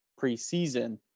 preseason